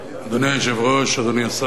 אדוני היושב-ראש, אדוני השר,